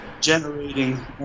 generating